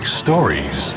stories